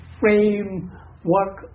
framework